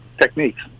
techniques